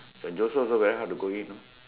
St Joseph also very hard to go in